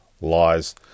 Lies